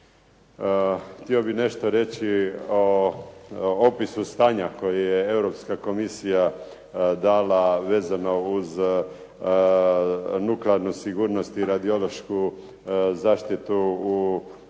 Htio bih nešto reći o opisu stanja koji je Europska Komisija dala vezano uz nuklearnu sigurnost i radiološku zaštitu u